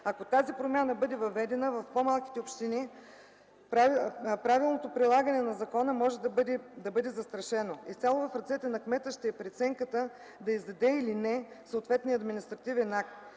Ако тази промяна бъде въведена, в по-малките общини правилното прилагане на закона може да бъде застрашено. Изцяло в ръцете на кмета ще е преценката да издаде или не съответния административен акт.